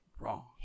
wrong